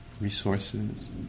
resources